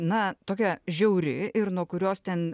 na tokia žiauri ir nuo kurios ten